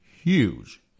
huge